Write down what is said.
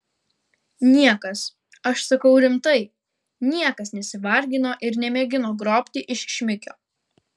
niekas aš sakau rimtai niekas nesivargino ir nemėgino grobti iš šmikio